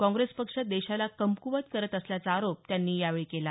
काँग्रेस पक्ष देशाला कमक्वत करत असल्याचा आरोप त्यांनी यावेळी केला